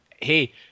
hey